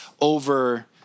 over